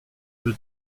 peut